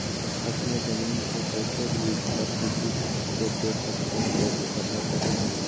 अपना जमीन को कैसे लीज पर किसी को दे सकते है कैसे पता करें?